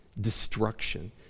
destruction